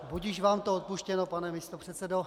Budiž vám to odpuštěno, pane místopředsedo.